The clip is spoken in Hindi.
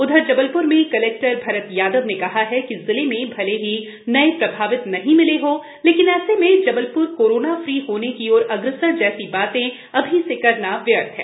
उधर जबलप्र में कलेक्टर भरत यादव ने कहा है कि जिले में भले ही नए प्रभावित नहीं मिले हो लेकिन ऐसे में जबलप्र कोरोना फ्री होने की ओर अग्रसर जैसी बातें अभी से करना व्यर्थ है